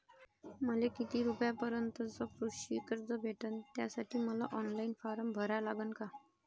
मले किती रूपयापर्यंतचं कृषी कर्ज भेटन, त्यासाठी मले ऑनलाईन फारम भरा लागन का?